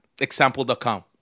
Example.com